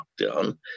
lockdown